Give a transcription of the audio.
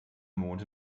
mond